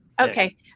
Okay